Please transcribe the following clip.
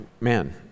Man